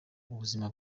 ubuzima